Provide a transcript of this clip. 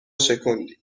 شکوندی